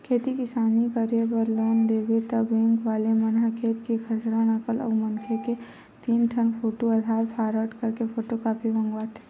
खेती किसानी करे बर लोन लेबे त बेंक वाले मन ह खेत के खसरा, नकल अउ मनखे के तीन ठन फोटू, आधार कारड के फोटूकापी मंगवाथे